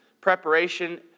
preparation